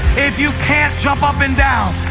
if you can't, jump up and down.